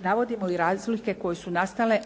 Navodimo i razlike koje su nastale